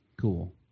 cool